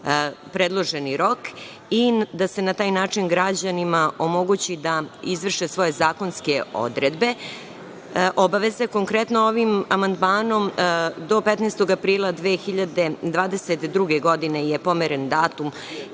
predloženi rok i da se na taj način građanima omogući da izvrše svoje zakonske obaveze. Konkretno, ovim amandmanom do 15. aprila 2022. godine je pomeren datum